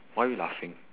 why are you laughing